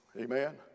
Amen